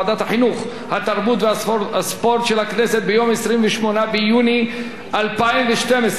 התרבות והספורט של הכנסת ביום 28 ביוני 2012. על דעת רוב חבריה,